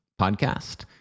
podcast